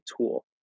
tool